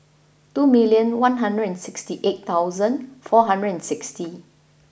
two million one hundred and sixty eight thousand four hundred and sixty